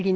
D